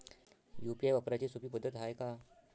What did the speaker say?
UPI वापराची सोपी पद्धत हाय का?